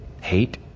hate